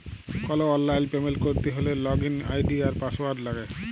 call অললাইল payment ক্যরতে হ্যলে লগইল আই.ডি আর পাসঅয়াড় লাগে